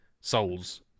Souls